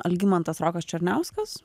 algimantas rokas černiauskas